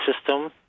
system